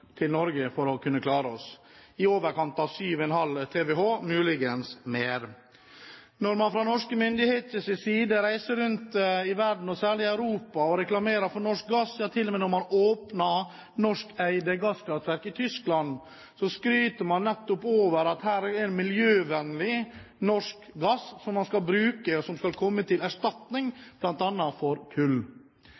sak. Norge hadde i fjor en nettoimport av strøm for å kunne klare seg – i overkant av 7,5 TWh, muligens mer. Når man fra norske myndigheters side reiser rundt i verden, og særlig Europa, og reklamerer for norsk gass, ja, til og med når man åpner norskeide gasskraftverk i Tyskland, skryter man nettopp av at det er miljøvennlig norsk gass som man skal bruke, og som skal komme til erstatning